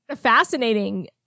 Fascinating